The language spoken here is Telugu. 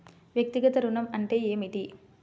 వ్యక్తిగత ఋణం అంటే ఏమిటి?